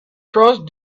crossed